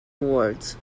awards